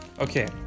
Okay